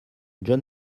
john